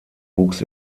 wuchs